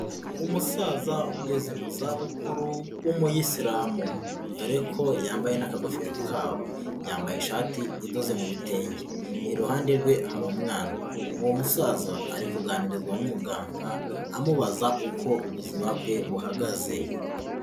Umusaza ugeze mu za bukuru w'umuyisimu dore ko yambaye n'akagofero kabo, yambaye ishati idoze mu bitenge, iruhande rwe hari umwana, uwo musaza ari kuganirizwa n'umuganga amubaza uko ubuzima bwe buhagaze.